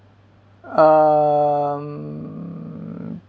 um